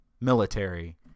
military